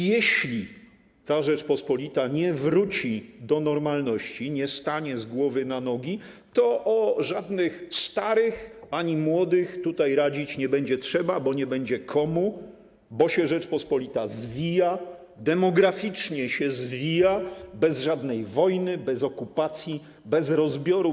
Jeśli ta Rzeczpospolita nie wróci do normalności, nie stanie z głowy na nogi, to o żadnych starych ani młodych tutaj radzić nie będzie trzeba, bo nie będzie komu, bo się Rzeczpospolita zwija, demograficznie się zwija, bez żadnej wojny, bez okupacji, bez rozbiorów.